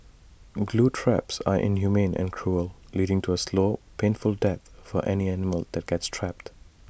glue traps are inhumane and cruel leading to A slow painful death for any animal that gets trapped